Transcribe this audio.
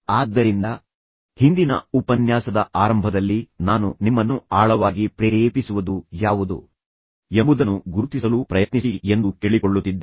ಆದ್ದರಿಂದ ಹಿಂದಿನ ಉಪನ್ಯಾಸದ ಆರಂಭದಲ್ಲಿ ನಾನು ನಿಮ್ಮನ್ನು ಆಳವಾಗಿ ಪ್ರೇರೇಪಿಸುವದು ಯಾವುದು ಮತ್ತು ಅದು ಏನು ಎಂಬುದನ್ನು ಗುರುತಿಸಲು ಪ್ರಯತ್ನಿಸಿ ಎಂದು ಕೇಳಿಕೊಳ್ಳುತ್ತಿದ್ದೆ